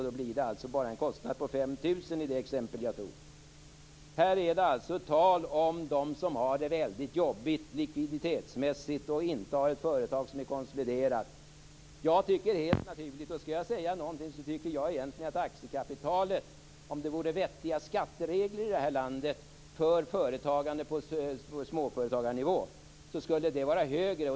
Då blir det alltså bara en kostnad på 5 000 kr i det exempel som jag tog upp. Här är det alltså tal om dem som har det väldigt jobbigt likviditetsmässigt, dem som inte har ett företag som är konsoliderat. Jag tycker att det är helt naturligt, och skall jag säga någonting så tycker jag egentligen att aktiekapitalet, om det vore vettiga skatteregler i det här landet för företagande på småföretagarnivå, skulle vara högre.